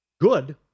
good